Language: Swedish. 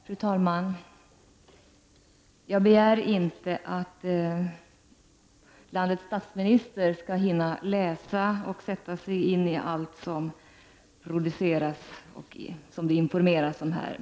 Fru talman! Jag begär inte att landets statsminister skall hinna läsa och sätta sig in i allt som produceras och som det informeras om.